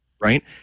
Right